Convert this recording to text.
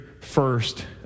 first